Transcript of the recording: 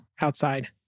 outside